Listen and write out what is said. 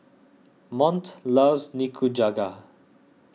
Mont loves Nikujaga